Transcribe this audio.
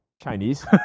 Chinese